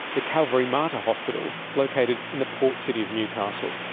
the calvary mater hospital located in the port city of newcastle.